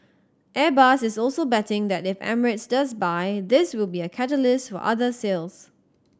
Airbus is also betting that if Emirates does buy this will be a catalyst for other sales